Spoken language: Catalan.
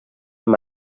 amb